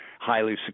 highly